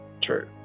true